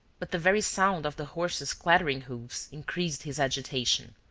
but the very sound of the horse's clattering hoofs increased his agitation.